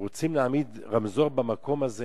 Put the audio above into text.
רוצים להעמיד רמזור במקום הזה.